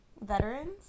veterans